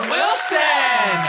Wilson